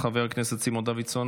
חבר הכנסת סימון דוידסון,